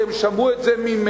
כי הם שמעו את זה ממני,